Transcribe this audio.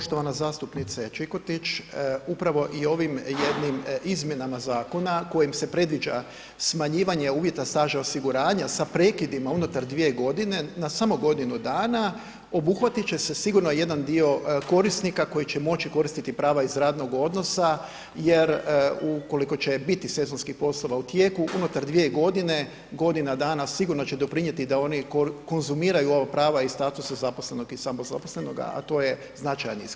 Poštovana zastupnice Čikotić, upravo i ovim jednim izmjenama zakona kojim se predviđa smanjivanje uvjeta staža osiguranja sa prekidima unutar 2 g. na samo godinu dana, obuhvatit će se sigurno jedan dio korisnika koji će moći koristiti prava iz radnog odnosa jer ukoliko će biti sezonskih poslova u tijeku, unutar 2 g., godina dana sigurno će doprinijeti da oni konzumiraju ova prava i status zaposlenog i samozaposlenog a to je značajni iskorak.